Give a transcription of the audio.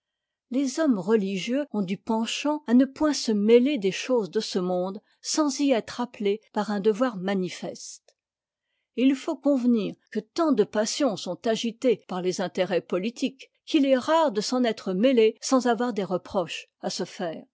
les hommes religieux ont du penchant à ne point se mêler des choses de ce monde sans y être appelés par un devoir manifeste et il faut convenir que tant de passions sont agitées par les intérêts politiques qu'il est rare de s'en être mêlé sans avoir des reproches à se faire